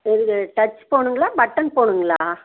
உங்களுது டச் ஃபோனுங்களா பட்டன் ஃபோனுங்களா